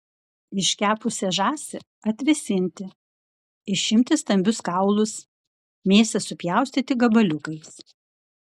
iškepusią žąsį atvėsinti išimti stambius kaulus mėsą supjaustyti gabaliukais